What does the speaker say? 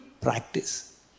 practice